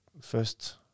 first